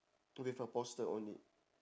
with a poster on it